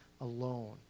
alone